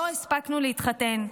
לא הספקנו להתחתן,